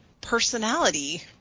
personality